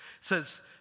says